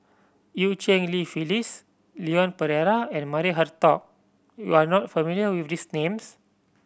Eu Cheng Li Phyllis Leon Perera and Maria Hertogh you are not familiar with these names